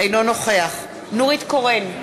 אינו נוכח נורית קורן,